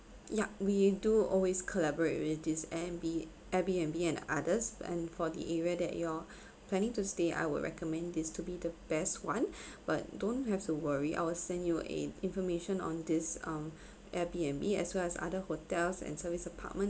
ya we do always collaborate with this airb~ air B N B and others and for the area that you're planning to stay I would recommend this to be the best one but don't have to worry I will send you a information on this um air B N B as well as other hotels and serviced apartments